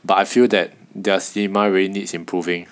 but I feel that their cinema really needs improving